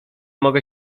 mogę